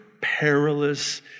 perilous